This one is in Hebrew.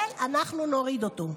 בישראל, אנחנו נוריד אותו.